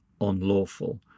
unlawful